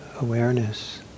awareness